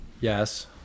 Yes